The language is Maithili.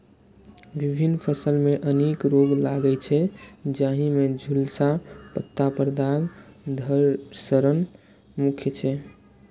विभिन्न फसल मे अनेक रोग लागै छै, जाहि मे झुलसा, पत्ता पर दाग, धड़ सड़न मुख्य छै